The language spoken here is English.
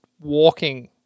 walking